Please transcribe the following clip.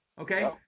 Okay